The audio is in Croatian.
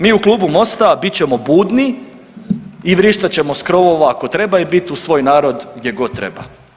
Mi u klubu Mosta bit ćemo budni i vrištat ćemo s krovova ako treba i bit uz svoj narod gdje god treba.